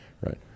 right